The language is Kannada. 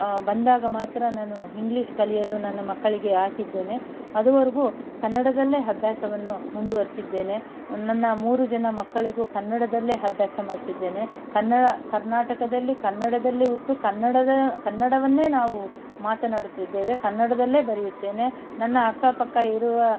ಬಂದಾಗ ಮಾತ್ರ ನಾನು ಹಿಂಗ್ಲೀಷ್ ಕಲಿಯಲು ನನ್ನ ಮಕ್ಕಳಿಗೆ ಹಾಕಿದ್ದೇನೆ ಅದುವರೆಗೂ ಕನ್ನಡದಲ್ಲೇ ಅಭ್ಯಾಸವನ್ನು ಮುಂದುವರೆಸಿದ್ದೇನೆ ನನ್ನ ಮೂರು ಜನ ಮಕ್ಕಳಿಗೂ ಕನ್ನಡದಲ್ಲೇ ಅಭ್ಯಾಸ ಮಾಡಿಸಿದ್ದೇನೆ ಕನ್ನಡ ಕರ್ನಾಟಕದಲ್ಲಿ ಕನ್ನಡದಲ್ಲಿ ಹುಟ್ಟಿ ಕನ್ನಡದ ಕನ್ನಡವನ್ನೇ ನಾವು ಮಾತನಾಡುತ್ತಿದ್ದೇವೆ ಕನ್ನಡದಲ್ಲೇ ಬರೆಯುತ್ತೇನೆ ನನ್ನ ಅಕ್ಕಪಕ್ಕ ಇರುವ